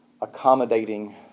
accommodating